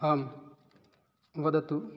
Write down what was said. आं वदतु